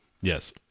yes